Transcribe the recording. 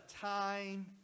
time